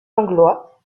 langlois